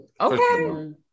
okay